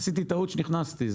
עשיתי טעות שנכנסתי.